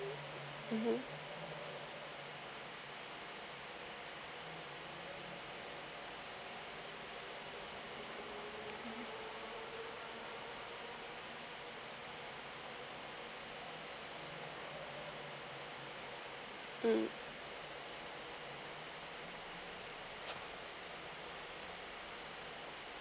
mmhmm mm